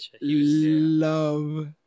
love